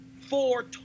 four